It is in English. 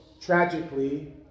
tragically